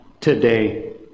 today